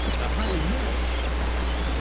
that highly moral self-interest,